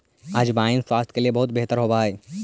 अजवाइन स्वास्थ्य के लिए बहुत बेहतर होवअ हई